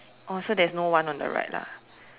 oh so there's no one on the right lah